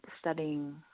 studying